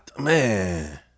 man